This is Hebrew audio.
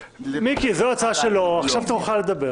מיקי, זו הצעה שלו, עכשיו תורך לדבר.